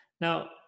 Now